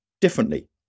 Differently